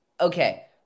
okay